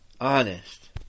Honest